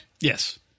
Yes